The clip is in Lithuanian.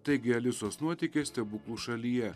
taigi alisos nuotykiai stebuklų šalyje